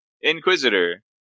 Inquisitor